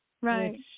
Right